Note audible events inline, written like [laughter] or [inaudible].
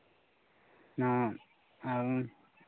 [unintelligible]